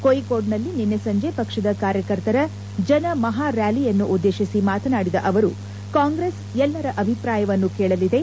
ಕೋಯಿಕ್ನೋಡ್ನಲ್ಲಿ ನಿನ್ನೆ ಸಂಜೆ ಪಕ್ಷದ ಕಾರ್ನಕರ್ತರ ಜನ ಮಹಾ ರ್ಯಾಲಿಯನ್ನು ಉದ್ದೇಶಿಸಿ ಮಾತನಾಡಿದ ಅವರು ಕಾಂಗ್ರೆಸ್ ಎಲ್ಲರ ಅಭಿಪ್ರಾಯವನ್ನು ಕೇಳಲಿದೆ